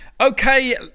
Okay